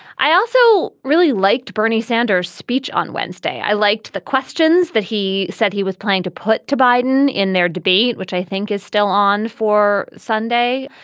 i also really liked bernie sanders speech on wednesday. i liked the questions that he said he was kind to put to biden in their debate, which i think is still on for sunday.